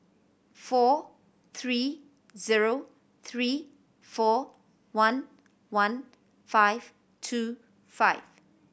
four three zero three four one one five two five